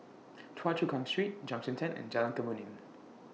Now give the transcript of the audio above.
Choa Chu Kang Street Junction ten and Jalan Kemuning